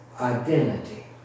identity